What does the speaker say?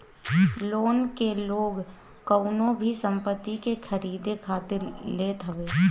loan के लोग कवनो भी संपत्ति के खरीदे खातिर लेत हवे